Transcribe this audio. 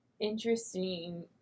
interesting